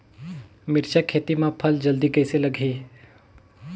मिरचा खेती मां फल जल्दी कइसे लगही?